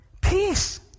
Peace